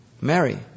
Mary